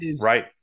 right